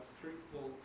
truthful